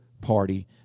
party